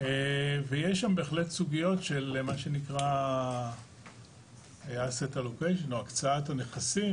ויש שם בהחלט סוגיות של מה שנקרא הקצאת נכסים,